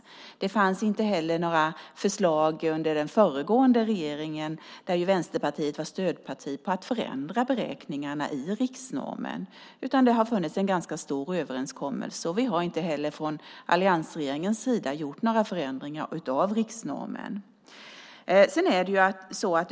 Under den föregående regeringen där Vänsterpartiet ju var stödparti fanns det inte heller några förslag om att förändra beräkningarna i riksnormen, utan det har funnits en ganska stor överensstämmelse. Inte heller vi från alliansregeringens sida har gjort några förändringar av riksnormen.